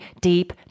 deep